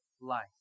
life